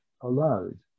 allowed